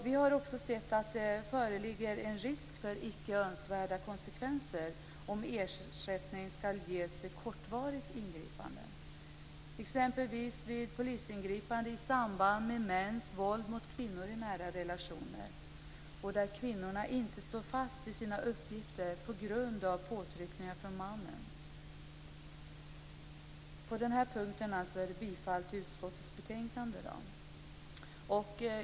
Vi har också sett att det föreligger en risk för icke önskvärda konsekvenser om ersättning skall ges vid ingripanden som innebär ett kortvarigt friihetsberövande, exempelvis vid polisingripande i samband med mäns våld mot kvinnor i nära relationer och där kvinnorna inte står fast vid sina uppgifter på grund av påtryckningar från mannen. På denna punkt yrkar jag alltså bifall till hemställan i utskottets betänkande.